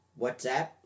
WhatsApp